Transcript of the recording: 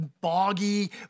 boggy